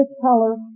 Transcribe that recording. color